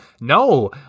No